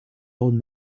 old